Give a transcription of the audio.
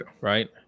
right